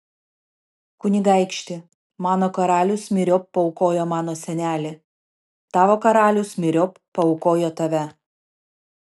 kunigaikšti mano karalius myriop paaukojo mano senelį tavo karalius myriop paaukojo tave